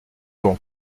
donc